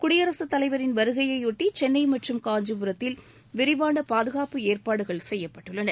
குடியரசுத் தலைவரின் வருகையையொட்டி சென்னை மற்றும் காஞ்சிபுரத்தில் விரிவான பாதுகாப்பு ஏற்பாடுகள் செய்யப்பட்டுள்ளன